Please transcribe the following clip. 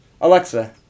Alexa